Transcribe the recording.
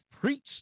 Preach